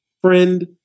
Friend